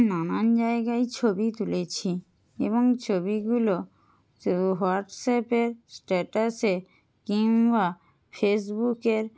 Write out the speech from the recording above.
নানান জায়গায় ছবি তুলেছি এবং ছবিগুলো হোয়াটসঅ্যাপের স্ট্যাটাসে কিংবা ফেসবুকের